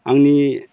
आंनि